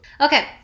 Okay